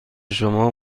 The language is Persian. شما